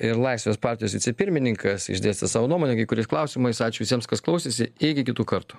ir laisvės partijos vicepirmininkas išdėstė savo nuomonę kai kuriais klausimais ačiū visiems kas klausėsi iki kitų kartų